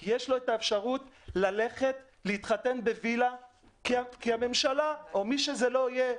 כי יש לו את האפשרות להתחתן בוילה כי הממשלה או מי שזה לא יהיה,